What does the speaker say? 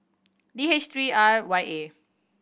D H three R Y A